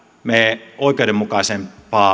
me oikeudenmukaisempaa